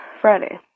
Friday